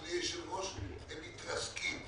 הם מתרסקים.